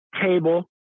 table